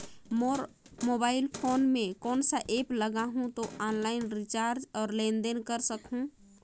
मोर mobile phone मे कोन सा एप्प लगा हूं तो ऑनलाइन रिचार्ज और लेन देन कर सकत हू?